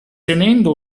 tenendo